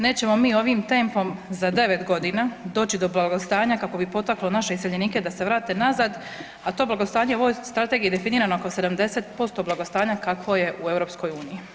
Nećemo mi ovim tempom za 9 godina doći do blagostanja kako bi potaklo naše iseljenike da se vrate nazad, a to blagostanje je u ovoj strategiji definirano oko 70% blagostanja kakvo je u EU.